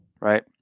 Right